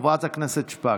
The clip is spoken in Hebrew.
חברת הכנסת שפק,